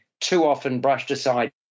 too-often-brushed-aside